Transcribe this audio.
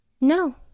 no